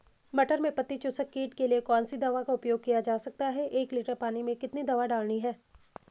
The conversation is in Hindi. मटर में पत्ती चूसक कीट के लिए कौन सी दवा का उपयोग किया जा सकता है एक लीटर पानी में कितनी दवा डालनी है?